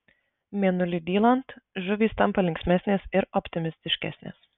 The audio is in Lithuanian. mėnuliui dylant žuvys tampa linksmesnės ir optimistiškesnės